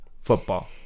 Football